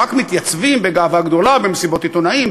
רק מתייצבים בגאווה גדולה במסיבות עיתונאים,